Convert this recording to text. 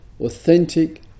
authentic